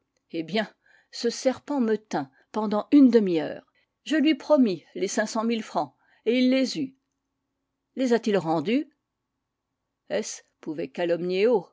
eh bien ce serpent me tint pendant une demi-heure je lui promis les cinq cent mille francs et il hs eut les a-t-il rendus s pouvait calomnier